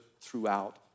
throughout